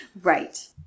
Right